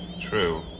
True